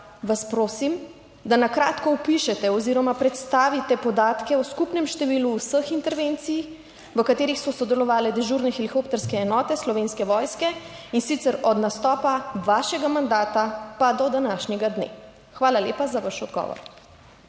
vas prosim: Ali lahko na kratko opišete oziroma predstavite podatke o skupnem številu vseh intervencij, v katerih so sodelovale dežurne helikopterske enote Slovenske vojske, in sicer od nastopa vašega mandata pa do današnjega dne? Hvala lepa za vaš odgovor.